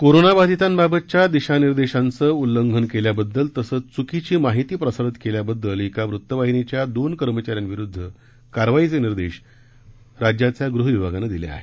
कोरोनाबाधितांबाबतच्या दिशानिर्देशांचं उल्लंघन केल्याबद्दल तसंच चुकीची माहिती प्रसारित केल्याबद्दल एका वृत्तवाहिनीच्या दोन कर्मचाऱ्यांविरोधात कारवाईचे निर्देश राज्याच्या गृहविभागानं दिले आहेत